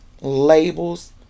labels